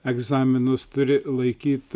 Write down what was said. egzaminus turi laikyt